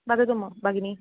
वदतु म भगिनी